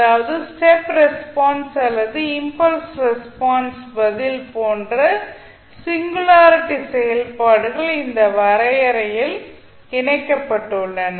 அதாவது step response அல்லது impulse response பதில் போன்ற சிங்குலாரிட்டி செயல்பாடுகள் இந்த வரையறையில் இணைக்கப்பட்டுள்ளன